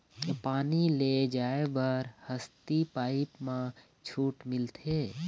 पानी ले जाय बर हसती पाइप मा छूट मिलथे?